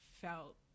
felt